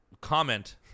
comment